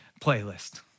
playlist